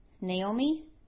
Naomi